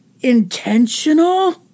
intentional